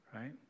right